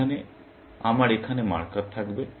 এখানে আমার এখানে মার্কার থাকবে